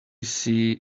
see